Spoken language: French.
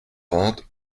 vingt